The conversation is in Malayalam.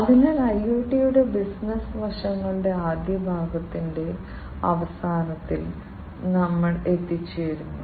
അതിനാൽ ഇൻഡസ്ട്രി സ്കിൽ സെൻസിംഗിന്റെയും ആക്ച്വേഷൻ ലെക്ചറിന്റെയും അവസാനം ഞങ്ങൾ എത്തിച്ചേരുന്നു